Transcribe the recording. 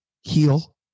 heal